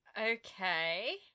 Okay